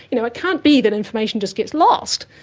you know can't be that information just gets lost.